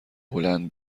هلند